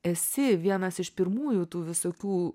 esi vienas iš pirmųjų tų visokių